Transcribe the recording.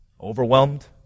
overwhelmed